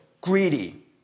greedy